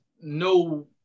no